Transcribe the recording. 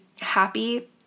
happy